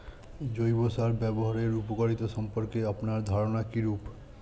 জৈব সার ব্যাবহারের উপকারিতা সম্পর্কে আপনার ধারনা কীরূপ?